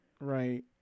Right